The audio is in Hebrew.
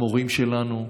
המורים שלנו,